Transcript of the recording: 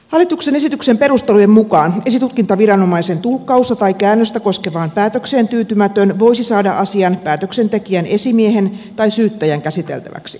hallituksen esityksen perustelujen mukaan esitutkintaviranomaisen tulkkausta tai käännöstä koskevaan päätökseen tyytymätön voisi saada asian päätöksentekijän esimiehen tai syyttäjän käsiteltäväksi